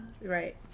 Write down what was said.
right